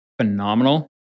phenomenal